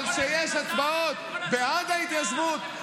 אבל כשיש הצבעות בעד ההתיישבות,